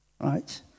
Right